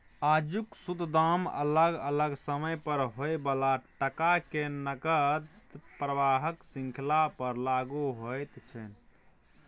आजुक शुद्ध दाम अलग अलग समय पर होइ बला टका के नकद प्रवाहक श्रृंखला पर लागु होइत छै